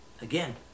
again